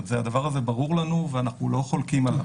הדבר הזה ברור לנו ואנחנו לא חולקים עליו.